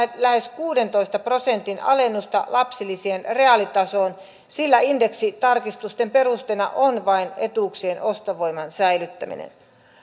lähes kuudentoista prosentin alennusta lapsilisien reaalitasoon sillä indeksitarkistusten perusteena on vain etuuksien ostovoiman säilyttäminen